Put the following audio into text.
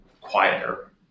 quieter